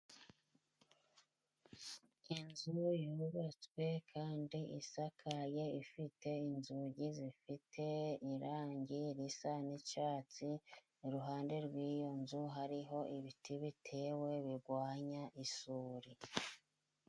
Inzu yubatswe kandi isakaye， ifite inzugi zifite irangi risa n'icyatsi，iruhande rw'iyo nzu hariho ibiti bitewe bigwanya isuri.